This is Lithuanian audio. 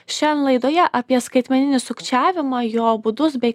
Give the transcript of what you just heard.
šian laidoje apie skaitmeninį sukčiavimą jo būdus bei